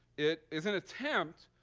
it is an attempt